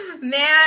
Man